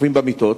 שוכבים במיטות,